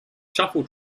shuffle